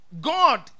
God